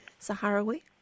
Sahrawi